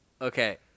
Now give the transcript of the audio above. okay